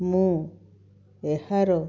ମୁଁ ଏହାର